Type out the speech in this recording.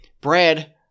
Brad